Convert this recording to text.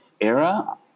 era